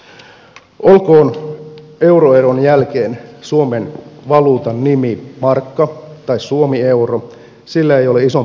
olkoon euroeron jälkeen suomen valuutan nimi markka tai suomieuro sillä ei ole isompaa merkitystä